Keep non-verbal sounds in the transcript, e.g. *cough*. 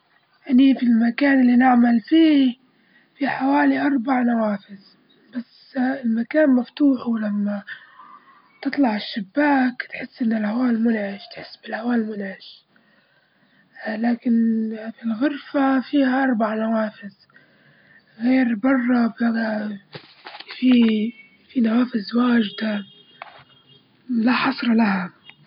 يعني تقريبًا عندنا في البيت حوالي كي عشر نوافذ اتناشر نافذة في البيت *hesitation* أكيد كلهم متوزعات في الغرف متوزعات في الديا- في الدار في الديران ودار النوم *hesitation* أنا في الغرف في داري فيه فيه نافذتين على حسب.